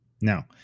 Now